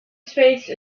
space